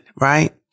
right